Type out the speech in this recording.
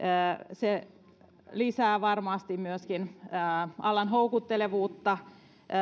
se varmasti lisää myöskin alan houkuttelevuutta